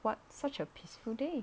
what such a peaceful day